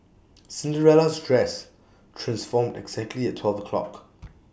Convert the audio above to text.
Cinderella's dress transformed exactly at twelve o'clock